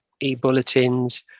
e-bulletins